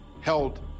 held